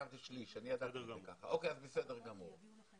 אוקיי, אז בסדר גמור.